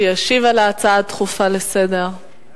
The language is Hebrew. שישיב על ההצעה הדחופה לסדר-היום.